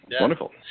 Wonderful